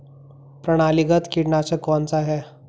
प्रणालीगत कीटनाशक कौन सा है?